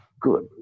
Good